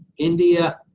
india,